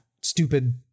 stupid